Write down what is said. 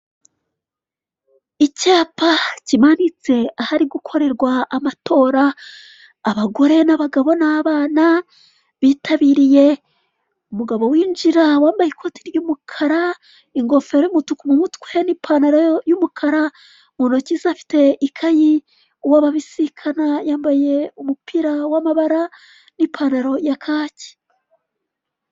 Icyapa kimaritse ahari gukorerwa abatora, abagore n'abagabo n'abana bitabiriye, umugabo winjira wambaye ikoti ry'umukara ingofero y'umutuku mu umutwe n'ipantaro y'umukara, mu toki afite ikayi, uwo babisikana yambaye umupira w'amabara n'ipantaro ya kaki.